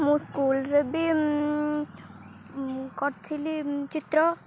ମୁଁ ସ୍କୁଲ୍ରେ ବି ମୁଁ କରିଥିଲି ଚିତ୍ର